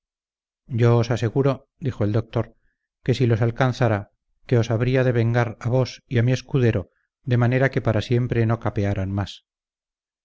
yo os aseguro dijo el doctor que si los alcanzara que os había de vengar a vos y a mi escudero de manera que para siempre no capearan más